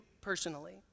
personally